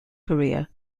korea